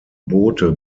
bote